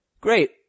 Great